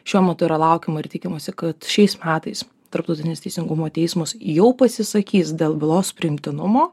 šiuo metu yra laukiama ir tikimasi kad šiais metais tarptautinis teisingumo teismas jau pasisakys dėl bylos priimtinumo